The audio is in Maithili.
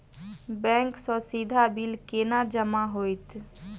बैंक सँ सीधा बिल केना जमा होइत?